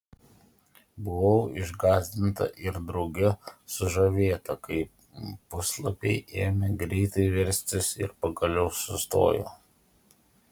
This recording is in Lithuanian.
buvau išgąsdinta ir drauge sužavėta kai puslapiai ėmė greitai verstis ir pagaliau sustojo